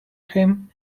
him